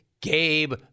Gabe